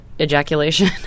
Ejaculation